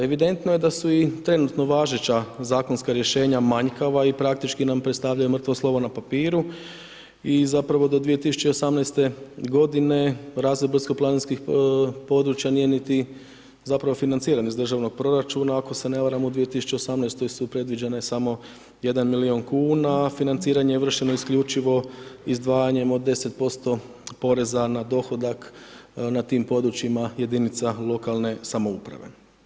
Evidentno je da su i trenutno važeća zakonska rješenja manjkava i praktički nam predstavljaju mrtvo slovo na papiru i zapravo do 2018. godine razvoj brdsko planinskih područja nije niti zapravo financiran iz državnog proračuna ako se ne varam u 2018. su predviđene samo jedan 1 milijun kuna a financiranje je vršeno isključivo izdvajanjem od 10% poreza na dohodak na tim područjima jedinica lokalne samouprave.